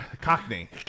Cockney